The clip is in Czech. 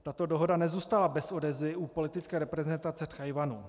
Tato dohoda nezůstala bez odezvy u politické reprezentace Tchajwanu.